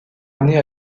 année